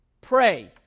pray